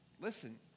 listen